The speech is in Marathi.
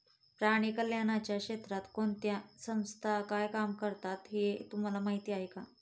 प्राणी कल्याणाच्या क्षेत्रात कोणत्या संस्था काय काम करतात हे तुम्हाला माहीत आहे का?